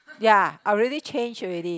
ya I already change already